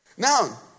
Now